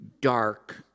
dark